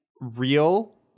real